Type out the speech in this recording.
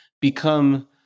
become